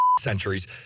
centuries